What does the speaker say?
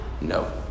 no